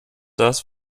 das